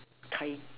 tie